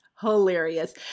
hilarious